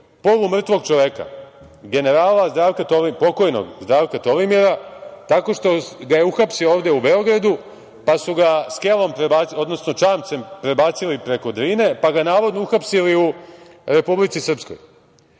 polumrtvog čoveka, pokojnog generala Zdravka Tolimira tako što ga je uhapsio ovde u Beogradu, pa su ga skelom, odnosno čamcem prebacili preko Drine, pa ga navodno uhapsili u Republici Srpskoj.